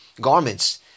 garments